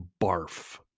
barf